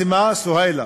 אסמה סוהילה.